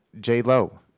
J-Lo